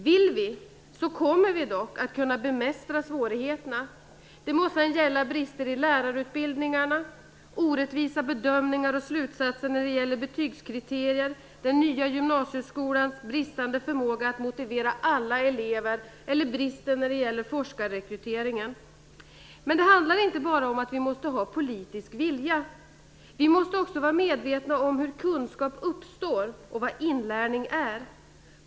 Vill vi, så kommer vi dock att kunna bemästra svårigheterna - det må sedan gälla brister i lärarutbildningarna, orättvisa bedömningar och slutsatser när det gäller betygskriterier, den nya gymnasieskolans bristande förmåga att motivera alla elever eller bristen i fråga om forskarrekryteringen. Det handlar dock inte bara om att vi måste ha politisk vilja. Vi måste också vara medvetna om hur kunskap uppstår och om vad inlärning är.